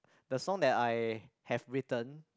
the song that I have written